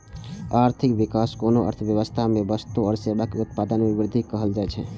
आर्थिक विकास कोनो अर्थव्यवस्था मे वस्तु आ सेवाक उत्पादन मे वृद्धि कें कहल जाइ छै